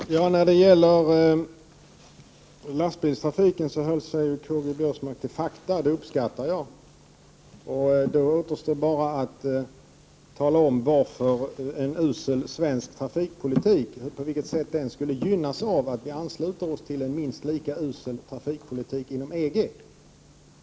Herr talman! När det gäller lastbilstrafiken håller sig Karl-Göran Biörsmark till fakta, och det uppskattar jag. Då återstår bara att tala om på vilket sätt en usel svensk trafikpolitik skulle gynnas av att vi ansluter oss till en minst lika usel trafikpolitik inom EG.